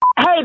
Hey